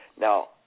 Now